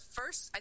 first